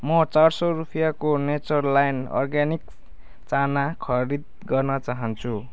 म चार सय रुपियाँको नेचरल्यान अर्गानिक्स चना खरिद गर्न चाहन्छु